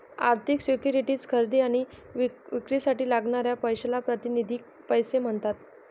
आर्थिक सिक्युरिटीज खरेदी आणि विक्रीसाठी लागणाऱ्या पैशाला प्रातिनिधिक पैसा म्हणतात